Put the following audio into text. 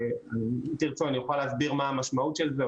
אם תרצו אני אוכל להסביר מה המשמעות של זה.